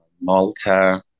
Malta